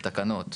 בתקנות,